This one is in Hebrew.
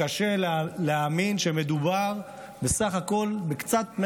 קשה להאמין שמדובר בסך הכול בקצת,